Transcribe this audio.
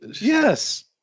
yes